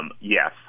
Yes